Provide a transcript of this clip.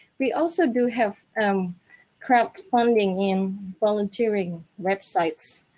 we also do have crowdfunding in volunteering websites